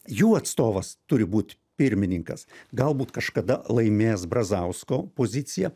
jų atstovas turi būt pirmininkas galbūt kažkada laimės brazausko pozicija